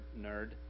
nerd